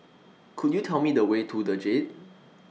Could YOU Tell Me The Way to The Jade